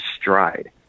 stride